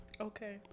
Okay